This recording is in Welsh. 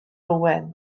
owen